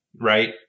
right